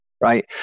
right